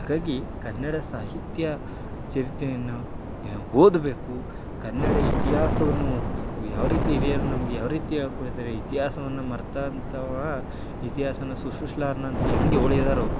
ಹಾಗಾಗಿ ಕನ್ನಡ ಸಾಹಿತ್ಯ ಚರಿತ್ರೆಯನ್ನು ಓದಬೇಕು ಕನ್ನಡ ಇತಿಹಾಸವನ್ನು ಓದಬೇಕು ಯಾವರೀತಿ ಹಿರಿಯರು ನಮಗೆ ಯಾವರೀತಿ ಹೇಳ್ಕೊಟ್ಟಿದಾರೆ ಇತಿಹಾಸವನ್ನು ಮರೆತಂತವ ಇತಿಹಾಸನ ಸೃಷ್ಟಿಸಲಾರ ಅಂತ ಹೆಂಗ್ ಹೇಳಿದಾರೋ